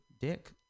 dick